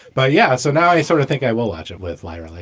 but yeah. so now i sort of think i will watch it with lyra. like